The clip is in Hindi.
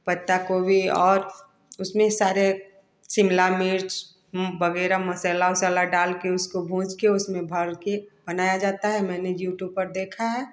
पत्ता गोभी और उसमें सारे शिमला मिर्च वगैरह मसाला उसाला डाल के उसको भून के उसमें भर के बनाया जाता है मैंने यूट्यूब पर देखा है